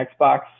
Xbox